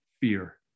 fear